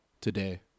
today